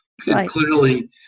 Clearly